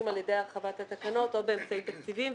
על ידי הרחבת התקנות או באמצעים תקציביים.